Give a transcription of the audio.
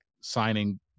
signing